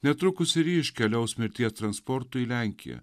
netrukus ir ji iškeliaus mirties transportu į lenkiją